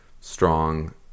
strong